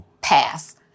pass